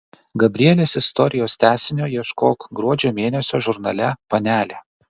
gabrielės istorijos tęsinio ieškok gruodžio mėnesio žurnale panelė